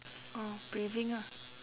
oh breathing ah